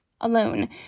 alone